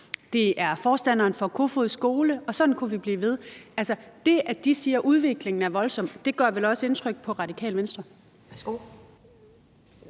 Det er forstanderen for Kofoeds Skole, og sådan kunne vi blive ved. Det, at de siger, at udviklingen er voldsom, gør vel også indtryk på Radikale Venstre? Kl.